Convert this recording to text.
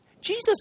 Jesus